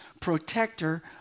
protector